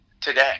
today